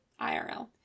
IRL